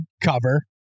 cover